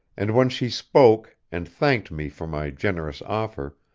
and when she spoke and thanked me for my generous offer,